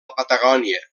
patagònia